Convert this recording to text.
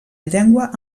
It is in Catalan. llengua